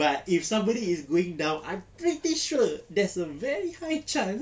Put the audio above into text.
but if somebody is going down I'm pretty sure there's a very high chance